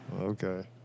Okay